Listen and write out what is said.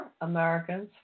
Americans